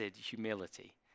humility